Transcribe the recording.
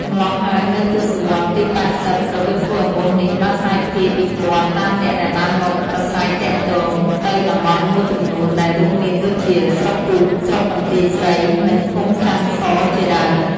ម្ល៉ោះហើយនៅទស្សវដ្តទី៨០ របៀបធ្វើអំបោសនេះ បានសាយភាយពីគាត់តាមអ្នកដែលបានមកប្រស្រ័យទាក់ទង ទៅតំបន់មួយចំនួន ដែររួមមានដូចជាស្រុកពួក ស្រុកបន្ទាយស្រី និងឃុំចន្ទសរ ជាដើម។